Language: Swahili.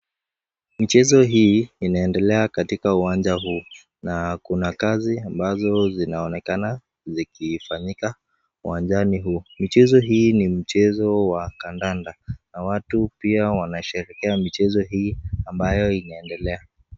Mchezo hii inaendelea katika uwanja huu na kuna kazi ambazo zinaonekana zikifanyika uwanjani huu, mchezo hii ni mchezo wa kandanda na watu pia wanasherehekea michezo hii ambao inaendelea.